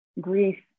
grief